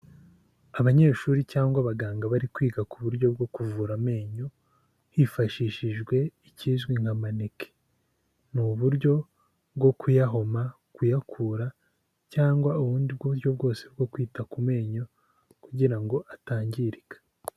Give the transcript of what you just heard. Abanyeshuri cyangwa abaganga bari kwiga ku buryo bwo kuvura amenyo hifashishijwe ikizwi nka maneke, ni uburyo bwo kuyahoma kuyakura cyangwa ubundi buryo bwose bwo kwita ku menyo kugirango ngo atangirika.